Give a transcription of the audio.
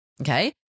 Okay